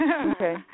Okay